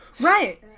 Right